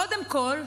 קודם כול,